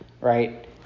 right